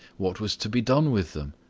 what was to be done with them?